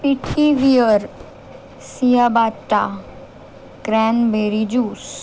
pithivier ciabatta cranberry juice